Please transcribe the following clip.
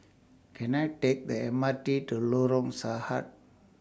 Can I Take The M R T to Lorong Sarhad